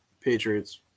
Patriots